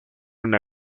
una